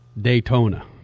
Daytona